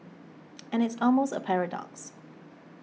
and it's almost a paradox